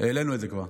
כבר העלינו את זה.